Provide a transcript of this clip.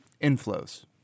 Inflows